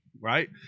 Right